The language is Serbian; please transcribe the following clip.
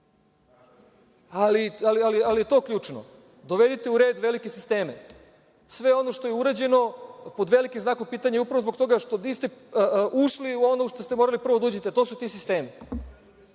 ali je to ključno, dovedite u red velike sisteme. Sve ono što je urađeno je pod velikim znakom pitanja, upravo zbog toga što vi niste ušli u ono u šta ste morali prvo da uđete, a to su ti sistemi